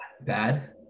bad